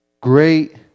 great